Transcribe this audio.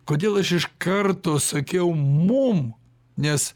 kodėl aš iš karto sakiau mum nes